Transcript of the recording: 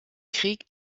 krieg